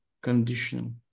conditional